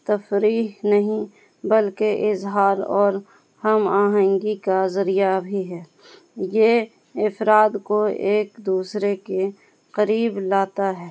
تفریح نہیں بلکہ اظہار اور ہم آہنگی کا ذریعہ بھی ہے یہ افراد کو ایک دوسرے کے قریب لاتا ہے